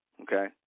Okay